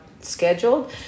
scheduled